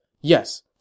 Yes